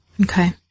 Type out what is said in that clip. Okay